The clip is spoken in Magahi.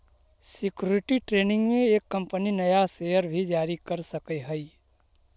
सिक्योरिटी ट्रेनिंग में एक कंपनी नया शेयर भी जारी कर सकऽ हई